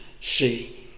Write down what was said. see